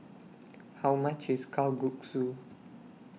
How much IS Kalguksu